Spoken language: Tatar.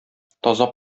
таза